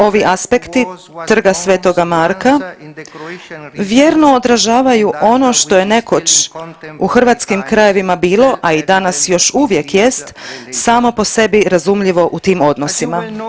Ovi aspekti Trga svetoga Marka vjerno odražavaju ono što je nekoć u hrvatskim krajevima bilo, a i danas još uvijek jest samo po sebi razumljivo u tim odnosima.